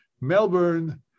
Melbourne